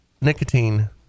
nicotine